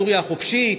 סוריה החופשית,